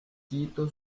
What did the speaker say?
quito